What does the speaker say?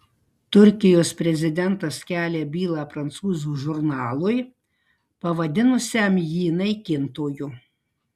turkijos prezidentas kelia bylą prancūzų žurnalui pavadinusiam jį naikintoju